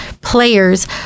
Players